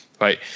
right